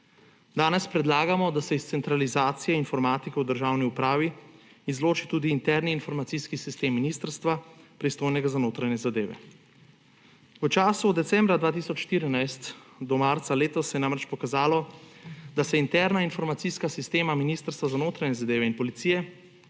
Danes predlagamo, da se iz centralizacije informatikov v državni upravi izloči tudi interni informacijski sistem ministrstva, pristojnega za notranje zadeve. V času od decembra 2014 do marca letos se je namreč pokazalo, da se interna informacijska sistema Ministrstva za notranje zadeve in policije